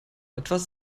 etwas